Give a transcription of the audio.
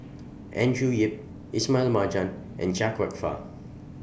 Andrew Yip Ismail Marjan and Chia Kwek Fah